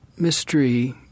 mystery